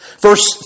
Verse